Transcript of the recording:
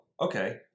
okay